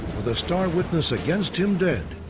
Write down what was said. with the star witness against him dead,